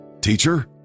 Teacher